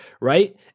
Right